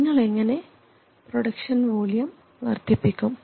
നിങ്ങൾ എങ്ങനെ production volume വർദ്ധിപ്പിക്കും